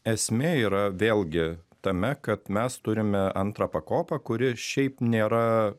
esmė yra vėlgi tame kad mes turime antrą pakopą kuri šiaip nėra